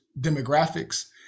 demographics